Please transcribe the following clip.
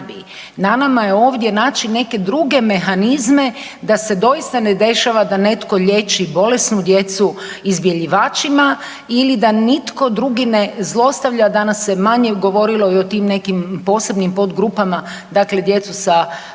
Na nama je ovdje naći neke druge mehanizme da se doista ne dešava da netko liječi bolesnu djecu izbjeljivačima ili da nitko drugi ne zlostavlja. Danas se manje govorilo i o tim nekim posebnim podgrupama dakle djecu s problemima